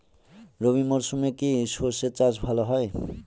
রবি মরশুমে কি সর্ষে চাষ ভালো হয়?